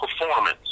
performance